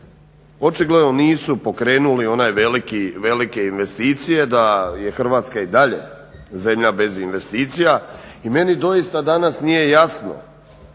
očigledno nisu pokrenuli onaj velike investicije da je Hrvatska i dalje zemlja bez investicija. I meni doista danas nije jasno